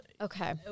Okay